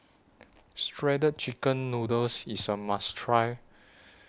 Shredded Chicken Noodles IS A must Try